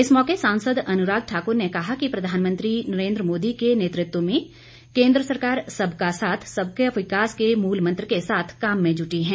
इस मौके सांसद अनुराग ठाकुर ने कहा कि प्रधानमंत्री नरेन्द्र मोदी के नेतृत्व में केंद्र सरकार सबका साथ सबका विकास के मूल मंत्र के साथ काम में जुटी है